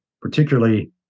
particularly